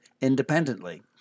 independently